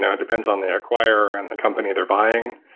and it depends on the acquirer and the company they're buying.